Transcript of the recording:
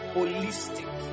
Holistic